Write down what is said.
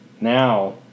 now